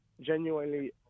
genuinely